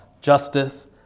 justice